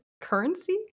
currency